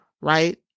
right